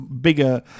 bigger